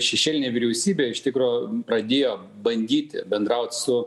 šešėlinė vyriausybė iš tikro pradėjo bandyti bendraut su